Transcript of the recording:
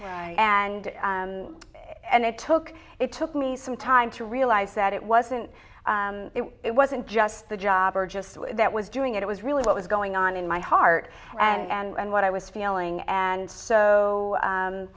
and and it took it took me some time to realize that it wasn't it wasn't just the job or just that was doing it it was really what was going on in my heart and what i was feeling and so